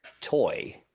toy